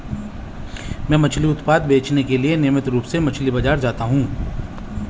मैं मछली उत्पाद बेचने के लिए नियमित रूप से मछली बाजार जाता हूं